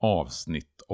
avsnitt